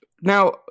Now